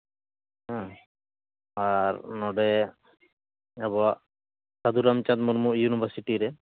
ᱦᱮᱸ ᱟᱨ ᱱᱚᱸᱰᱮ ᱟᱵᱚᱣᱟᱜ ᱥᱟᱫᱷᱩ ᱨᱟᱢᱪᱟᱸᱫᱽ ᱢᱩᱨᱢᱩ ᱤᱭᱩᱱᱤᱵᱷᱟᱨᱥᱤᱴᱤ ᱨᱮ